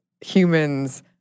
humans